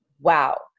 wow